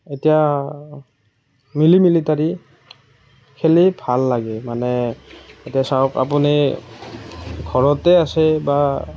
এতিয়া mini military খেলি ভাল লাগে মানে এতিয়া চাওক আপুনি ঘৰতে আছে বা